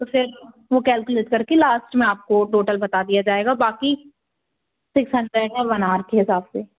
तो फिर वो कैलकुलेट कर के लास्ट में आपको टोटल बता दिया जाएगा बाक़ी सिक्स हंड्रेट है वन हॉर के हिसाब से